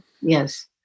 Yes